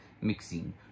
mixing